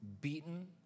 beaten